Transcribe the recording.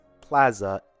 plaza